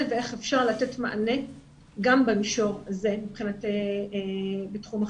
ואיך אפשר לתת מענה גם במישור הזה בתחום החקיקה.